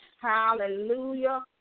Hallelujah